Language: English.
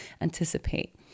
anticipate